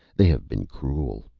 they have been cruel,